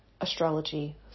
astrology